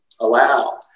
allow